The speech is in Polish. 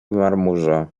marmurze